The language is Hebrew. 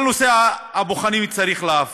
את כל נושא הבוחנים צריך להפריט.